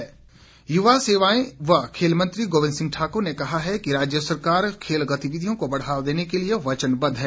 खेल युवा सेवाएं एवं खेल मंत्री गोविंद सिंह ठाकुर ने कहा है कि राज्य सरकार खेल गतिविधियों को बढ़ावा देने के लिये वचनबद्ध है